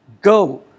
Go